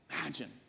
imagine